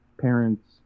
parents